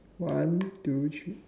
one two three